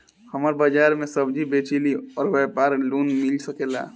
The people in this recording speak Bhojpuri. हमर बाजार मे सब्जी बेचिला और व्यापार लोन मिल सकेला?